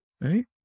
Right